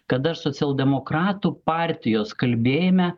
kad aš socialdemokratų partijos kalbėjime